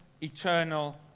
eternal